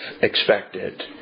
expected